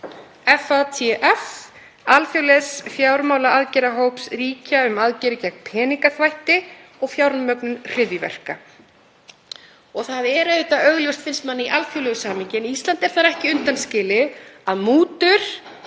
FATF, alþjóðlegs fjármálaaðgerðahóps ríkja um aðgerðir gegn peningaþvætti og fjármögnun hryðjuverka. Það er auðvitað augljóst, finnst manni, í alþjóðlegu samhengi, en Ísland er þar ekki undanskilið, að mútur,